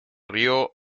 río